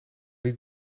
niet